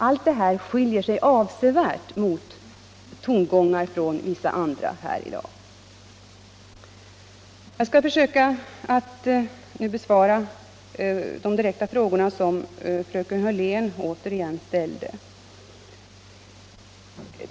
Allt detta skiljer sig avsevärt från tongångar från vissa talare här i dag. Jag skall nu försöka att besvara de direkta frågor som fröken Hörlén återigen ställde.